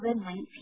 COVID-19